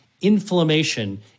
Inflammation